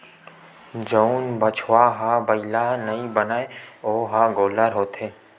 जउन बछवा ह बइला नइ बनय ओ ह गोल्लर होथे